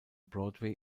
broadway